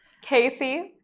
Casey